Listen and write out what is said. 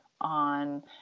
on